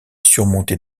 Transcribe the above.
surmonté